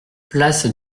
place